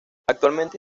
actualmente